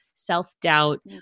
self-doubt